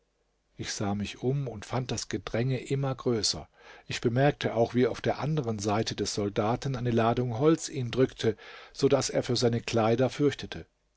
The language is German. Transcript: ich sah mich um und fand das gedränge immer größer ich bemerkte auch wie auf der anderen seite des soldaten eine ladung holz ihn drückte so daß er für seine kleider fürchtete